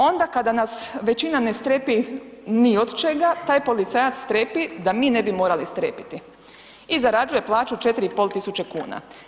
Onda kada nas većina ne strepi ni od čega, taj policajac strepi da mi ne bi morali strepiti i zarađuje plaću od 4500 kuna.